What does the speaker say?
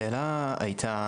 השאלה הייתה,